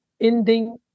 ending